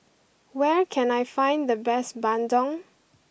where can I find the best Bandung